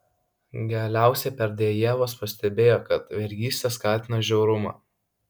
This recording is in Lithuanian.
galiausiai berdiajevas pastebėjo kad vergystė skatina žiaurumą